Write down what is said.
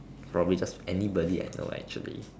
probably just anybody I know actually